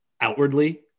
outwardly